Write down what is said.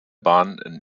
bahn